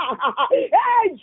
hey